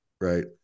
right